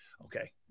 okay